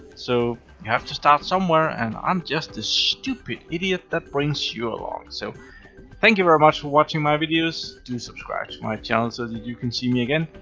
so you have to start somewhere, and i'm just a stupid idiot that brings you along! so thank you very much for watching my videos. do subscribe to my channel so that you can see me again.